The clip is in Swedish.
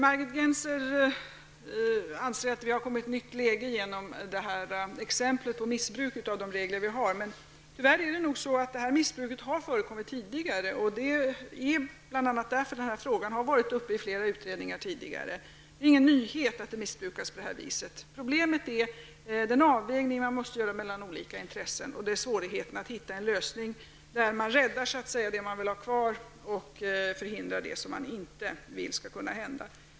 Herr talman! Margit Gennser anser att vi, genom detta exempel på missbruk av reglerna, har kommit i ett nytt läge. Men tyvärr är det nog så att detta missbruk har förekommit tidigare, och det är bl.a. av den anledningen som frågan tidigare har varit uppe i flera utredningar. Det är ingen nyhet att den fria nomineringsrätten missbrukas på det här viset. Problemet är den avvägning man måste göra mellan olika intressen och svårigheten att hitta en lösning genom vilken man så att säga räddar det man vill ha kvar och förhindrar det man inte vill skall kunna hända.